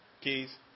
Keys